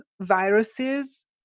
viruses